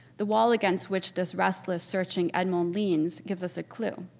the wall against which this restless searching edmund leans gives us a clue.